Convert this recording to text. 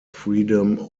freedom